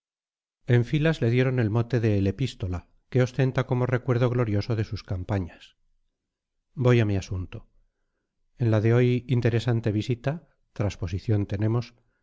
en filas le dieron el mote de el epístola que ostenta como recuerdo glorioso de sus campañas voy a mi asunto en la de hoy interesante visita